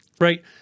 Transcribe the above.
right